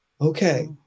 Okay